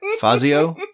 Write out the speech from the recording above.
Fazio